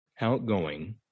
outgoing